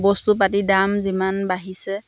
বস্তু পাতি দাম যিমান বাঢ়িছে